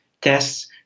tests